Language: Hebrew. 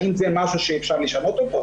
האם זה משהו שאפשר לשנות אותו?